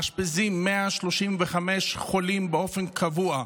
מאשפזים 135 חולים באופן קבוע,